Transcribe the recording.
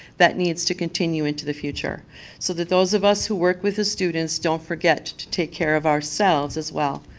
that needs to continue into the future so that those of us that work with the students don't forget to take care of ourselves as well.